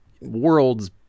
world's